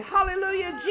Hallelujah